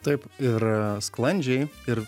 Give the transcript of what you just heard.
taip ir sklandžiai ir